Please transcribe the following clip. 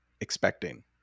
expecting